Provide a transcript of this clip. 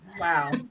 Wow